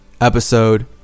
episode